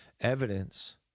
evidence